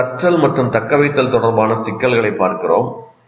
இப்போது கற்றல் மற்றும் தக்கவைத்தல் தொடர்பான சிக்கல்களைப் பார்க்கிறோம்